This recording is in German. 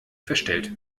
verstellt